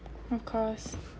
of course